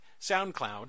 SoundCloud